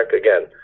again